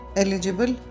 eligible